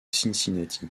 cincinnati